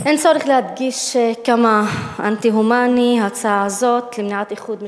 אין צורך להדגיש כמה אנטי-הומנית הצעה הזאת למניעת איחוד משפחות,